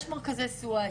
יש מרכזי סיוע,